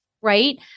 right